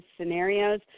scenarios